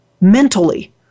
mentally